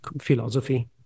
philosophy